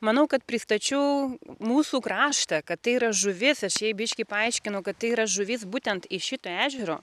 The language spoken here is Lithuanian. manau kad pristačiau mūsų kraštą kad tai yra žuvis aš jai biškį paaiškinau kad tai yra žuvis būtent iš šito ežero